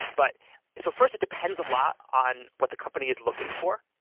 but so first, it depends a lot on what the company is looking for.